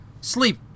sleep